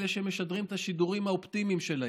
אלה שמשדרים את השידורים האופטימיים שלהם.